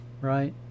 Right